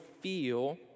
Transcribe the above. feel